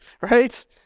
right